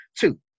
Two